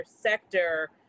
sector